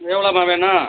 எவ்வளோம்மா வேணும்